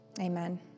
Amen